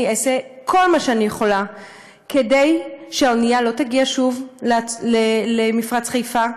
ואני אעשה כל מה שאני יכולה כדי שהאונייה לא תגיע שוב למפרץ חיפה,